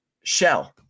shell